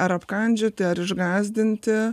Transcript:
ar apkandžioti ar išgąsdinti